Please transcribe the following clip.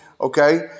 okay